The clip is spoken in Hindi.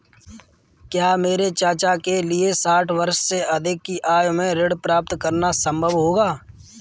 क्या मेरे चाचा के लिए साठ वर्ष से अधिक की आयु में ऋण प्राप्त करना संभव होगा?